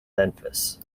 memphis